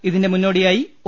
ഇതിന്റെ മുന്നോടിയായി ഒ